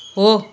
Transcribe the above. हो